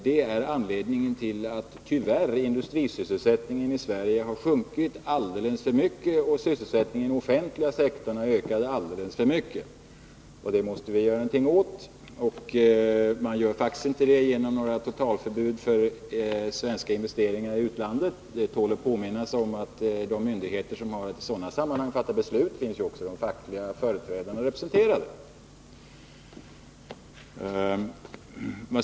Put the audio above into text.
Det är anledningen till att industrisysselsättningen i Sverige tyvärr har minskat alldeles för mycket i omfattning, medan sysselsättningen inom den offentliga sektorn har ökat alldeles för mycket. Detta måste vi göra något åt. Men det sker faktiskt inte genom totalförbud för svenska investeringar i utlandet. Det tål att påminnas om att när berörda myndigheter har att i sådana sammanhang fatta beslut är också fackliga företrädare representerade.